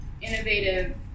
innovative